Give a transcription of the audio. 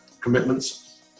commitments